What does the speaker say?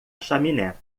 chaminé